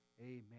amen